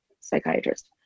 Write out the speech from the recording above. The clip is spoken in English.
psychiatrist